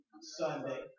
Sunday